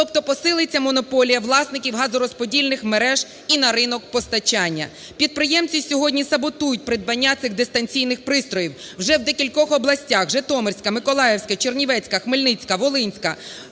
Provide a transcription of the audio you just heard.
Тобто посилиться монополія власників газорозподільних мереж і на ринок постачання. Підприємці сьогодні саботують придбання цих дистанційних пристроїв. Вже в декількох областях: Житомирська, Миколаївська, Чернівецька, Хмельницька, Волинська